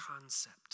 concept